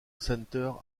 center